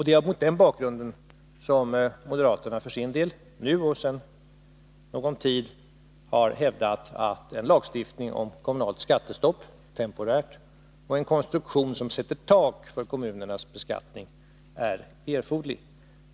Det är mot den bakgrunden som moderaterna för sin del nu och sedan någon tid tillbaka har hävdat att en lagstiftning om kommunalt temporärt skattestopp och en konstruktion som sätter ett tak för kommunernas beskattning är erforderlig.